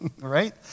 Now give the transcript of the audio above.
right